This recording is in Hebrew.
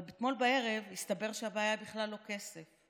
אבל אתמול בערב הסתבר שהבעיה היא בכלל לא כסף.